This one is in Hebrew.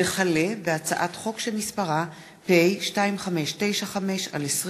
הצעת חוק שירותי הדת היהודיים